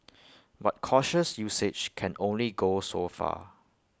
but cautious usage can only go so far